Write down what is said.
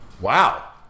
Wow